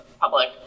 public